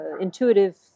intuitive